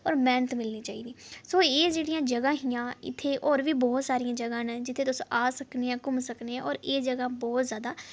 और मेह्नत मिलनी चाहिदी तां एह् जेह्कियां जगह्ं हियां इत्थै होर बी बहुत सारियां जगह् न जित्थै तुस आई सकने न घुम्मी सकने न और एह् जगह् बहुत जैदा